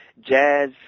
jazz